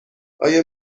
آیا